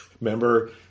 Remember